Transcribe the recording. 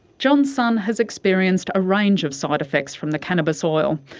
john's son has experienced a range of side effects from the cannabis oil.